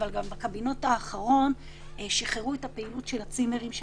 אבל בקבינט האחרון שחררו את הפעילות של הצימרים,